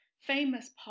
famous